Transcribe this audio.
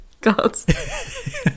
Gods